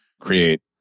create